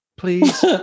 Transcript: please